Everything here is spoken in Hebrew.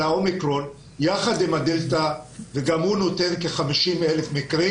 ה-אומיקרון יחד עם ה-דלתא וגם הוא נותן כ-50 אלף מקרים.